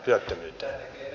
hetkinen